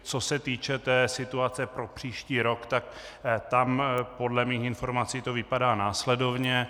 Co s týče situace pro příští rok, tam to podle mých informací vypadá následovně.